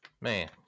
man